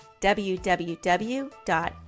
www